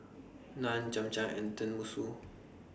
Naan Cham Cham and Tenmusu